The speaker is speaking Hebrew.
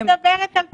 היא מדברת על פתרון.